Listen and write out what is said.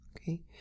okay